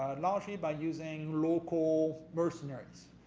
largely by using local mercenaries.